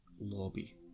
lobby